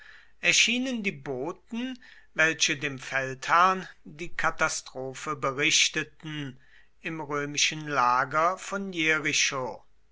erschienen die boten welche dem feldherrn die katastrophe berichteten im römischen lager von jericho